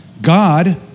God